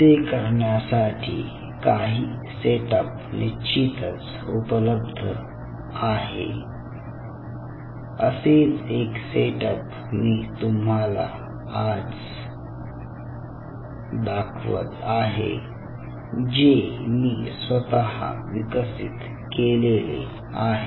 ते करण्यासाठी काही सेटअप निश्चितच उपलब्ध आहेत असेच एक सेटअप मी तुम्हाला दाखवत आहे जे मी स्वतः विकसित केलेले आहे